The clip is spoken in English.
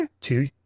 two